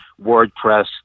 WordPress